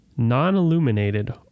Non-Illuminated